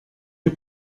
nie